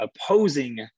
opposing